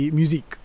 music